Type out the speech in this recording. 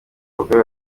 bagore